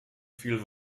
viel